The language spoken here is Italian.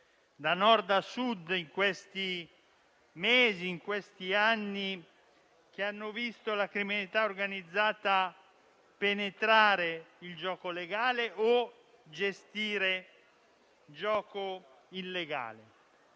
da Nord a Sud in questi mesi e in questi anni, che hanno visto la criminalità organizzata penetrare il gioco legale o gestire il gioco illegale.